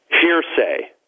hearsay